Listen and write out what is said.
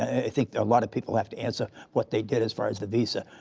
i think a lot of people have to answer what they did as far as the visa,